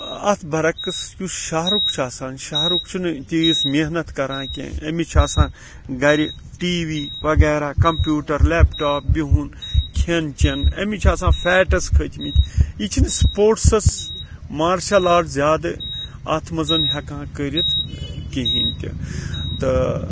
اتھ برعکس یُس شَہرُک چھُ آسان شَہرُک چھُ نہٕ تیٖژ محنت کران کینٛہہ أمِس چھ آسان گَرِ ٹی وی وغیرہ کَمپیٚوٹَر لیپٹاپ بِہُن کھیٚن چیٚن أمِس چھِ آسان فیٹس کھٔتمٕتۍ یہِ چھ نہٕ سپوٹسَس مارشَل آرٹ زیادٕ اتھ مَنٛز ہیٚکان کٔرِتھ کِہینۍ تہِ تہٕ